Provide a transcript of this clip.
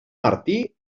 martí